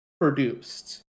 Produced